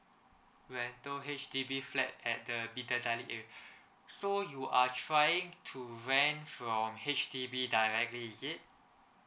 where those H_D_B flat at the bidadari area so you are trying to rent from H_D_B directly is it